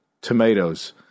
tomatoes